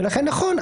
ולכן נכון,